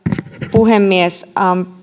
puhemies